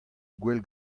gwell